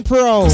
Pro